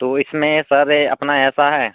तो इसमें सर अपना ऐसा है